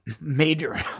major